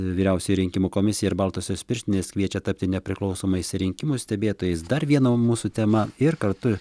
vyriausioji rinkimų komisija ir baltosios pirštinės kviečia tapti nepriklausomais rinkimų stebėtojais dar viena mūsų tema ir kartu